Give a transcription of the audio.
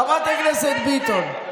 חברת הכנסת ביטון.